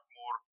more